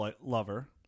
lover